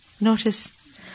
Notice